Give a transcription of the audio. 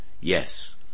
yes